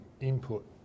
input